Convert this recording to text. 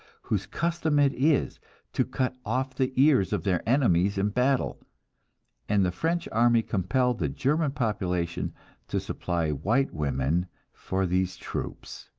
whose custom it is to cut off the ears of their enemies in battle and the french army compelled the german population to supply white women for these troops.